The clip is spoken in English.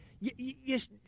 Yes